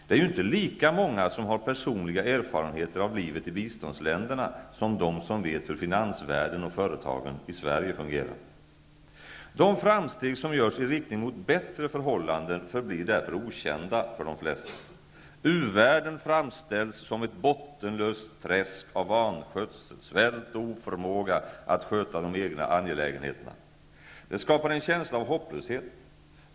Det är ju inte lika många som har personliga erfarenheter av livet i biståndsländerna som de som vet hur finansvärlden och företagen i Sverige fungerar. De framsteg som görs i riktning mot bättre förhållanden förblir därför okända för de flesta. U världen framställs som ett bottenlöst träsk av vanskötsel, svält och oförmåga att sköta de egna angelägenheterna. Det skapar en känsla av hopplöshet.